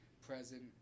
present